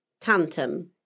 Tantum